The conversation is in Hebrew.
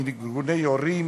מארגוני הורים,